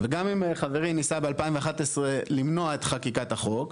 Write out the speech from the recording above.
וגם אם חברי ניסה ב-2011 למנוע את חקיקת החוק,